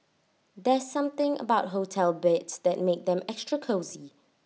there's something about hotel beds that makes them extra cosy